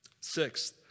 Sixth